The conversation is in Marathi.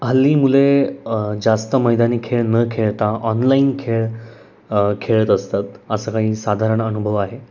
हल्ली मुले जास्त मैदानी खेळ न खेळता ऑनलाईन खेळ खेळत असतात असं काही साधारण अनुभव आहे